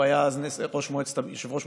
הוא היה אז יושב-ראש מועצת הביטחון,